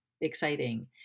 exciting